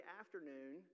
afternoon